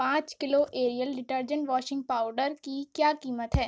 پانچ kilo Ariel detergent washing powder کی کیا قیمت ہے